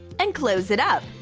and close it up.